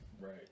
right